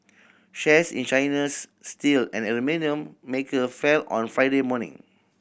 shares in China's steel and aluminium maker fell on Friday morning